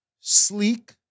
sleek